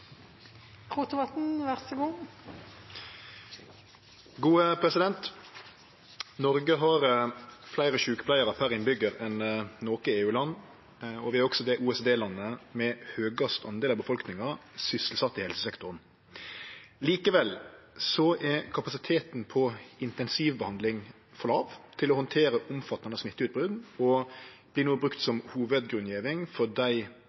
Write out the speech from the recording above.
sikt, og så må vi gjøre mer på lengre sikt. «Noreg har fleire sjukepleiarar per innbyggjar enn noko EU-land, og vi er det OECD-landet med høgst del av folket sysselsett i helsesektoren. Likevel er kapasiteten på intensivbehandling for låg til å handtere omfattande smitteutbrot, og blir brukt som hovudgrunngjeving for dei